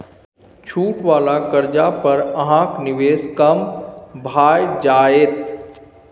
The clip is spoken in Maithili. छूट वला कर्जा पर अहाँक निवेश कम भए जाएत